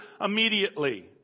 immediately